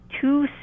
two